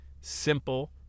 simple